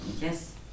Yes